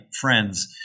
friends